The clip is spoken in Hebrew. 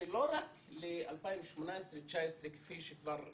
שלא רק ל-2018-2019 כפי שכבר הובטח,